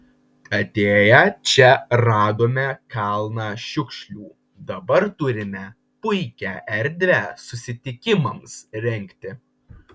atėję čia radome kalną šiukšlių dabar turime puikią erdvę susitikimams rengti